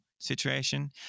situation